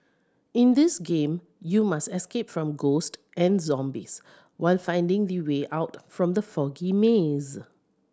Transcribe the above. in this game you must escape from ghost and zombies while finding the way out from the foggy maze